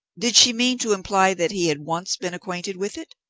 did she mean to imply that he had once been acquainted with it?